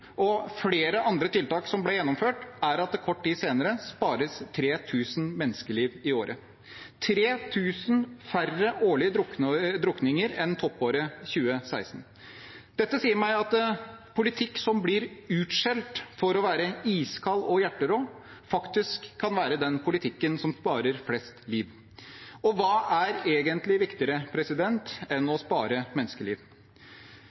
og flere andre tiltak som ble gjennomført, er at det kort tid senere spares 3 000 menneskeliv i året – 3 000 færre årlige drukninger enn i toppåret 2016. Dette sier meg at politikk som blir utskjelt for å være iskald og hjerterå, faktisk kan være den politikken som sparer flest liv. Og hva er egentlig viktigere enn